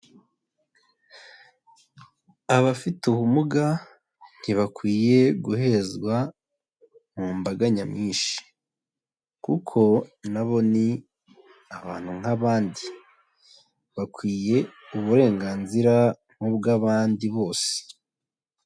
Abafite ubumuga ntibakwiye guhezwa mu mbaga nyamwinshi kuko na bo ni abantu nk'abandi, bakwiye uburenganzira nk'ubw'abandi bose.